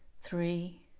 three